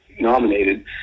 nominated